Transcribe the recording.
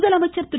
முதலமைச்சர் திரு